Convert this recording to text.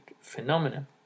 phenomenon